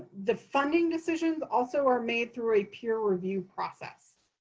the funding decisions also are made through a peer review process.